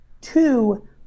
Two